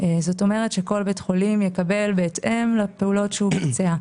כלומר כל בית חולים יקבל בהתאם לפעולות שביצע.